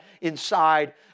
inside